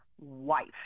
wife